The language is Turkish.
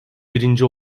birinci